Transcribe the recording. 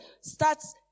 starts